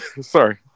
Sorry